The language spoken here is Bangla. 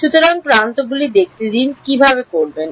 সুতরাং প্রান্তগুলি দেখতে দিন কীভাবে করবেন